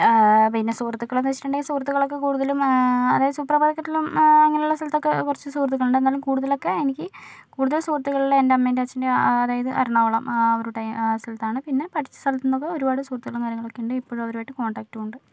പിന്നെ സുഹൃത്തുക്കള് എന്ന് വെച്ചിട്ടുണ്ടെങ്കിൽ സുഹൃത്തുക്കളൊക്കെ കൂടുതലും സൂപ്പര് മാര്ക്കറ്റിലും അങ്ങനുള്ള സ്ഥലത്തൊക്കെ കൊറച്ചു സുഹൃത്തുക്കളുണ്ട് എന്നാലും കൂടുതലൊക്കെ എനിക്ക് കൂടുതല് സുഹൃത്തുക്കളുള്ളെ എൻ്റെ അമ്മേന്ടേം അച്ഛന്ടേം അതായത് എറണാംകുളം ആ ഒരു ടൈം ആ ഒരു സ്ഥലത്താണ് പിന്നെ പഠിച്ച സ്ഥല്ത്തുന്നൊക്കെ ഒരുപാട് സുഹൃത്തുക്കളും കാര്യങ്ങളും ഒക്കെ ഇണ്ട് ഇപ്പഴും അവരു ആയിട്ട് കോണ്ടാക്ടും ഉണ്ട്